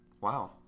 Wow